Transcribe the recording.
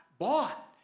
bought